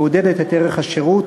מעודדת את ערך השירות,